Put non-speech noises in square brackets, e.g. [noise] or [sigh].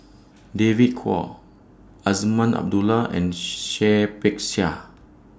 David Kwo Azman Abdullah and [unintelligible] Seah Peck Seah